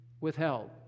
withheld